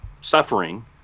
suffering